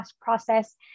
process